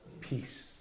peace